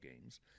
games